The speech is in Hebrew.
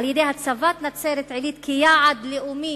בהצבת נצרת-עילית כיעד לאומי